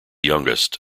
youngest